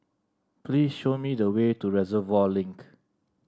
please show me the way to Reservoir Link